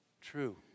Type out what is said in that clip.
true